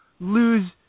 lose